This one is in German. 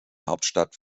hauptstadt